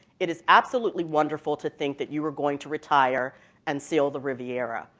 it is absolutely wonderful to think that you are going to retire and sail the riviera,